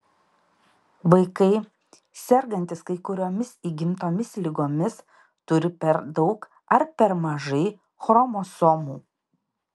vaikai sergantys kai kuriomis įgimtomis ligomis turi per daug ar per mažai chromosomų